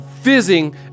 fizzing